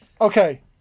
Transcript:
Okay